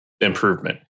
Improvement